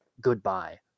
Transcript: goodbye